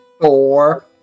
four